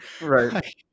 right